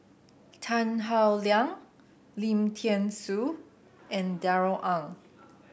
Tan Howe Liang Lim Thean Soo and Darrell Ang